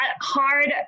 hard